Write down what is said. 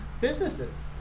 businesses